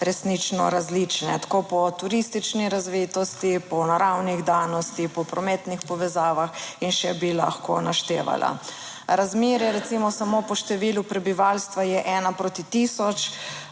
resnično različne, tako po turistični razvitosti, po naravnih danosti, po prometnih povezavah in še bi lahko naštevala. Razmerje recimo samo po številu prebivalstva je ena proti tisoč.